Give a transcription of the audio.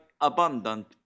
abundant